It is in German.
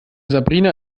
sabrina